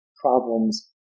problems